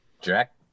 Jack